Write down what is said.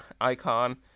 icon